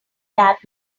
that